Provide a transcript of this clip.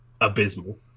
abysmal